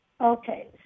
Okay